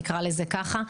נקרא לזה ככה.